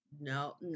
no